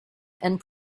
and